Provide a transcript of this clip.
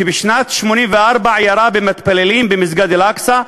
שבשנת 1984 ירה במתפללים במסגד אל-אקצא,